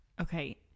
Okay